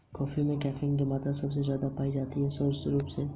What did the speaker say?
मिट्टी के मुख्य रूप से कितने स्वरूप होते हैं?